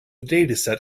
dataset